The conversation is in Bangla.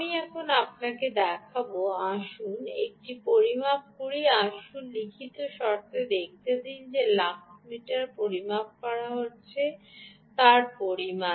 আমি এখন আপনাকে দেখাব আসুন একটি পরিমাপ করি আসুন লিখিত শর্তে দেখতে দিন যে লাক্স পরিমাপ করা হচ্ছে তার পরিমাণ